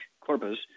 corpus